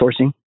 sourcing